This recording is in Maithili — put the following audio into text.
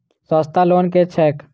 सस्ता लोन केँ छैक